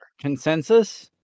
Consensus